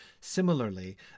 Similarly